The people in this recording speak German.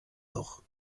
doch